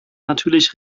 natürlich